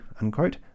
unquote